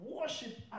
worship